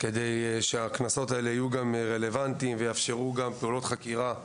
זאת על מנת שהקנסות האלה יהיו רלוונטיים וגם יאפשרו פעולות חקירה.